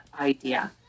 idea